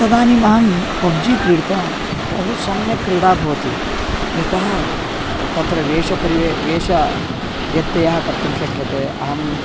तदानीमहं पब्जि क्रीडितवान् बहु सम्यक् क्रीडा भवति यतः तत्र वेषपरिवेषः वेषव्यत्ययः कर्तुं शक्यते अहम्